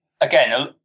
again